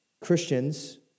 Christians